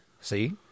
See